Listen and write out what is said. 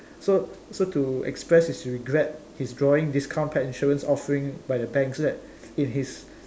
so so to express his regret he's drawing discount pet insurance offering by the banks so that in his